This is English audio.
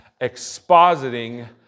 expositing